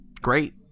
great